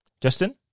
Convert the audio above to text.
Justin